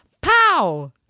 Pow